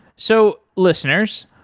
so, listeners,